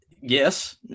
Yes